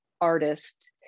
artist